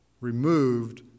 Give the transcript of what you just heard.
removed